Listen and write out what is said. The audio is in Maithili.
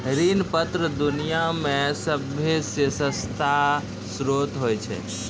ऋण पत्र दुनिया मे सभ्भे से सस्ता श्रोत होय छै